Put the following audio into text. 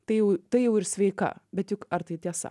tai tai jau ir sveika bet juk ar tai tiesa